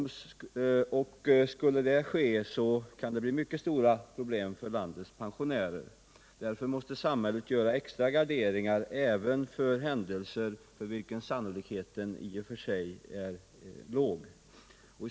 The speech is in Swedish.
Skulle något sådant hända kan det bli mycket stora problem för landets pensionärer. Därför måste samhället göra extra garderingar även för händelser för vilka sannolikheten i och för sig är liten.